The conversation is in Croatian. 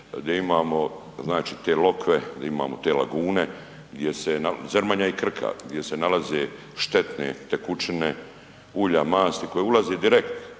gdje imamo znači te lokve, di imamo te lagune, gdje se Zrmanja i Krka, gdje se nalaze štetne tekućine ulja, masti koja ulaze direkt